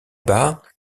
bas